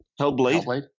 Hellblade